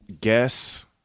guess